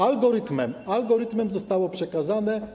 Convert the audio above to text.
Algorytmem, algorytmem zostało przekazane.